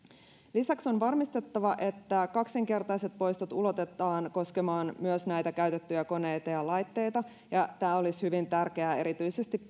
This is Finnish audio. lisäksi on varmistettava että kaksinkertaiset poistot ulotetaan koskemaan myös näitä käytettyjä koneita ja laitteita tämä olisi hyvin tärkeää erityisesti